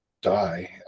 die